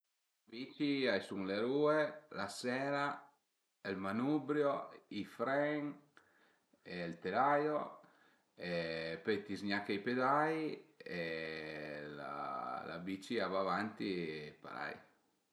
Bici, a i sun le rue, la sèla, ël manubrio, i frèn, ël telaio, pöi t'i z-gnache i pedai e la bici a va avanti parei